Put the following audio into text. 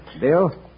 Bill